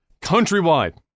countrywide